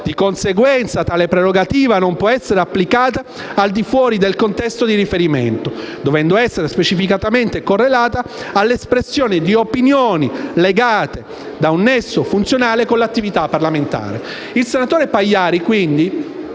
Di conseguenza, tale prerogativa non può essere applicata al di fuori del contesto di riferimento, dovendo essere specificatamente correlata all'espressione di opinioni legate da un nesso funzionale con l'attività parlamentare».